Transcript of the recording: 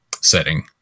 setting